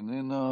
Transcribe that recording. איננה,